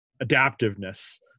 adaptiveness